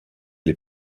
les